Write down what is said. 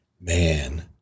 man